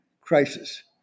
crisis